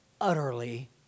utterly